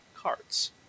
cards